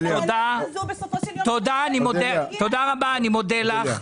אני מודה לך.